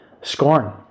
Scorn